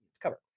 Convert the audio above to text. cover